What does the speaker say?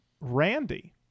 Randy